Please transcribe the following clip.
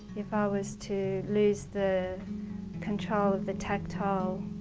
if i was to loose the control of the tactile,